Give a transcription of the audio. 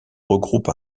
regroupe